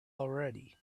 already